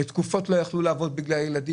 היו תקופות שלא יכלו לעבוד בגלל הילדים